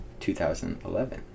2011